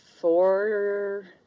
four